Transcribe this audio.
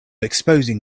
exposing